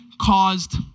caused